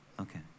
Okay